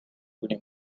kuni